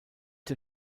der